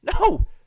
no